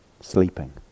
sleeping